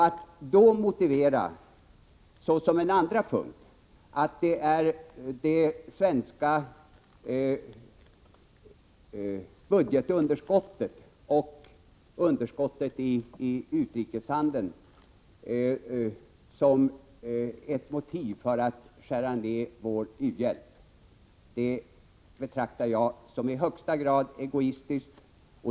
Att då såsom en andra punkt anföra det svenska budgetunderskottet och underskottet i utrikeshandeln som motiv för att skära ner vår u-hjälp betraktar jag som i högsta grad egoistiskt.